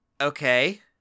okay